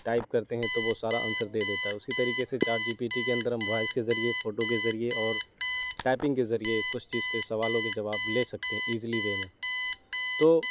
type کرتے ہیں تو وہ سارا آنسر دے دیتا ہے اسی طریقے سے چاٹ جی پی ٹی کے اندر ہم وائس کے ذریعے فوٹو کے ذریعے اور ٹائپنگ کے ذریعے کچھ چیز کے سوالوں کے جواب لے سکتے ہیں ایزیلی وے میں تو